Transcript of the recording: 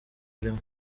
urimo